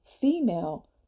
female